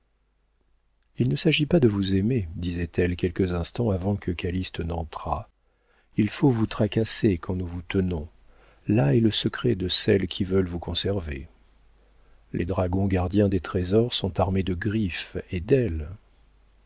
il ne s'agit pas de vous aimer disait-elle quelques instants avant que calyste entrât il faut vous tracasser quand nous vous tenons là est le secret de celles qui veulent vous conserver les dragons gardiens des trésors sont armés de griffes et d'ailes